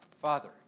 Father